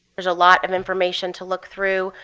there's a lot of information to look through.